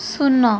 ଶୂନ